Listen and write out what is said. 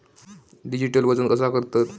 Digital वजन कसा करतत?